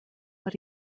but